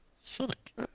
Sonic